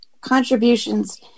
contributions